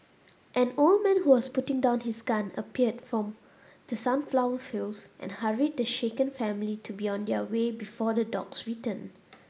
an old man who was putting down his gun appeared from the sunflower fields and hurried the shaken family to be on their way before the dogs return